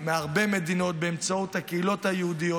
מהרבה מדינות באמצעות הקהילות היהודיות,